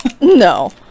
No